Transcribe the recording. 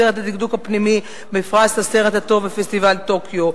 הסרט "הדקדוק הפנימי" בפרס הסרט הטוב בפסטיבל טוקיו,